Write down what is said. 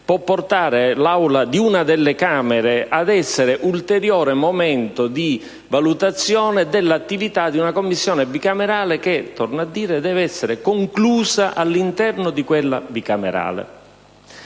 può portare l'Aula di una delle Camere ad essere ulteriore momento di valutazione dell'attività di una Commissione bicamerale, che invece, torno a dire, deve essere conclusa all'interno di quell'organismo.